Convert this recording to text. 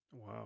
Wow